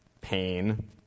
pain